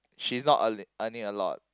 she's not earn earning a lot